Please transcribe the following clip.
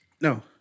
No